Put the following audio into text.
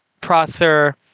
Prosser